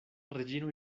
reĝino